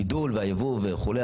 הגידול והייבוא וכו'.